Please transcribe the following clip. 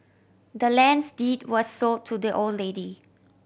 the land's deed was sold to the old lady